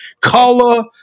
color